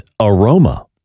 aroma